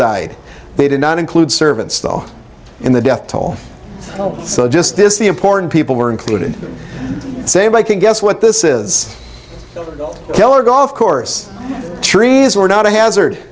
died they did not include servants though in the death toll so just this the important people were included say i can guess what this is a killer golf course trees were not a hazard